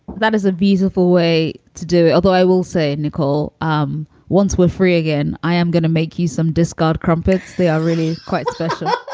that is a reasonable way to do it. although i will say, nicole, um once we're free again, i am gonna make you some discard crumpets they are really quite special